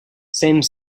same